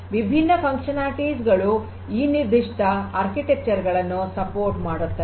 ವಿಭಿನ್ನ ಕ್ರಿಯಾತ್ಮಕತೆಗಳು ಈ ನಿರ್ದಿಷ್ಟ ವಾಸ್ತುಶಿಲ್ಪವನ್ನು ಬೆಂಬಲಿಸುತ್ತವೆ